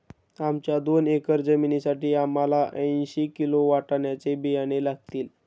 आमच्या दोन एकर जमिनीसाठी आम्हाला ऐंशी किलो वाटाण्याचे बियाणे लागतील